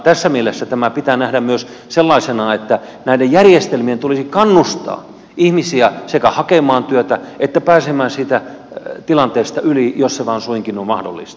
tässä mielessä tämä pitää nähdä myös sellaisena että näiden järjestelmien tulisi kannustaa ihmisiä sekä hakemaan työtä että pääsemään siitä tilanteesta yli jos se vain suinkin on mahdollista